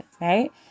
right